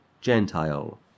Gentile